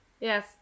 yes